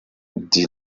die